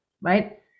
right